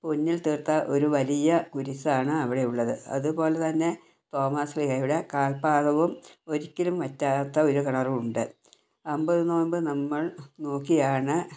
പൊന്നിൽ തീർത്ത ഒരു വലിയ കുരിശാണ് അവിടെയുള്ളത് അതുപോലെ തന്നെ തോമസ്ലീഹയുടെ കാൽപാദവും ഒരിക്കലും വറ്റാത്ത ഒരു കിണറും ഉണ്ട് അമ്പത് നോമ്പ് നമ്മൾ നോക്കിയാണ്